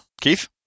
Keith